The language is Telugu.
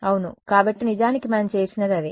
అవును కాబట్టి నిజానికి మనం చేసినది అదే